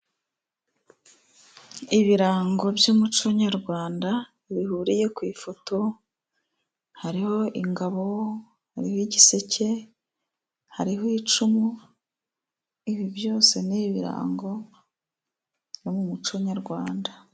Ibirango by'umuco nyarwanda bihuriye ku ifoto, hariho ingabo hariho igiseke hariho icumu, ibi byose ni ibirango byo mu muco nyarwanda.